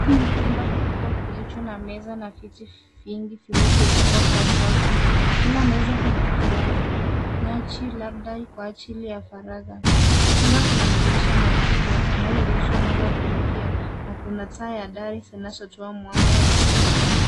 Hii ni chumba kikubwa kilicho na meza na viti vingi vilivyopangwa kwa safu. Kila meza ina kigawanyaji labda Ile ya faragha jumba lina madirisha makubwa yanayoruhusu mwanga kuingia nakuna taa ya tari zinazotoa mwanga wa ziada.